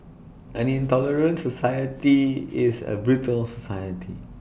an intolerant society is A brittle society